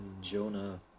Jonah